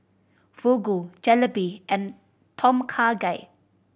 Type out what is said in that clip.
Fugu Jalebi and Tom Kha Gai